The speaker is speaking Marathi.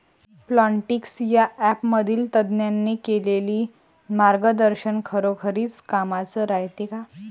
प्लॉन्टीक्स या ॲपमधील तज्ज्ञांनी केलेली मार्गदर्शन खरोखरीच कामाचं रायते का?